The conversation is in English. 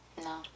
No